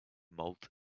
malt